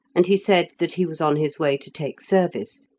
and he said that he was on his way to take service,